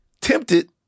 tempted